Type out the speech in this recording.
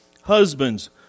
Husbands